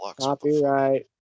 Copyright